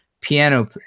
piano